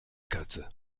katze